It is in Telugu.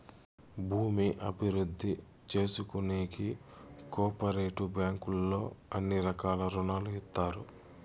భూమి అభివృద్ధి చేసుకోనీకి కో ఆపరేటివ్ బ్యాంకుల్లో అన్ని రకాల రుణాలు ఇత్తారు